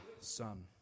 son